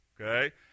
Okay